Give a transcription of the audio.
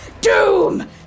doom